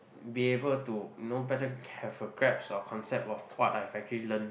be able to you know better have a grasp or concept of what I've actually learnt